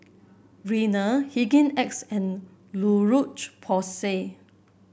Rene Hygin X and La Roche Porsay